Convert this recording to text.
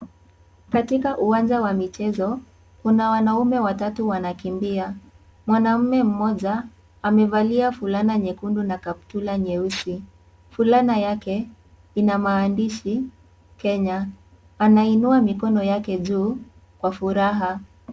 Katika uwanja wa michezo kuna wanaume watatu wanakimbia mwanaume mmoja amevalia fulana nyekundu na kaptula nyeusi. Fulana yake ina maandishi Kenya anainua mikono yake juu kwa furaha.